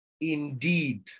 indeed